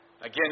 Again